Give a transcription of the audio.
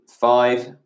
Five